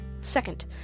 Second